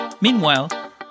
Meanwhile